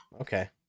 okay